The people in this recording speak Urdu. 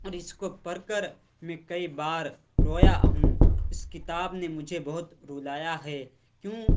اور اس کو پڑھ کر میں کئی بار رویا ہوں اس کتاب نے مجھے بہت رلایا ہے کیوں